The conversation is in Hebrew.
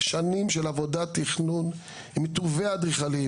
שנים של עבודת תכנון עם טוב האדריכלים,